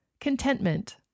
contentment